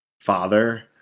father